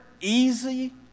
easy